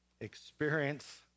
experience